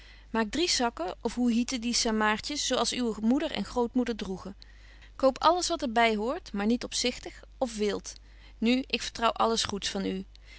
maak drie sacken of hoe hieten die samaartjes zo als uwe moeder en grootmoeder droegen koop alles wat er by hoort maar niet opzichtig of wilt nu ik vertrouw alles goeds van u